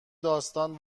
داستان